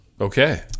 okay